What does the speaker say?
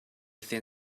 thin